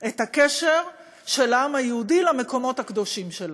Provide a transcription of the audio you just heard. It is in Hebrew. את הקשר של העם היהודי למקומות הקדושים שלנו,